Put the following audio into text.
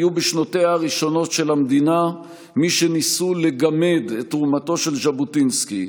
היו בשנותיה הראשונות של המדינה מי שניסו לגמד את תרומתו של ז'בוטינסקי,